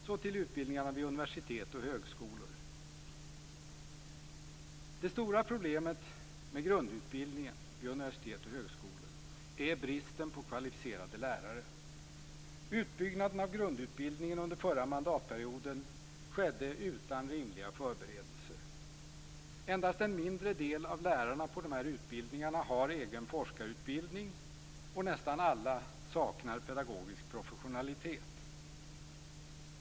Så till utbildningarna vid universitet och högskolor. Det stora problemet med grundutbildningen vid universitet och högskolor är bristen på kvalificerade lärare. Utbyggnaden av grundutbildningen under förra mandatperioden skedde utan rimliga förberedelser. Endast en mindre del av lärarna på dessa utbildningar har egen forskarutbildning, och nästan alla saknar pedagogisk professionalitet.